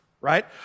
right